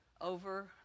over